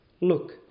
Look